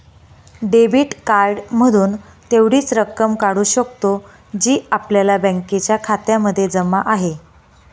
debit card मधून तेवढीच रक्कम काढू शकतो, जी आपल्या बँकेच्या खात्यामध्ये जमा आहे